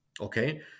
okay